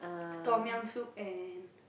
tom yum soup and